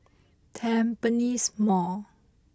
Tampines Mall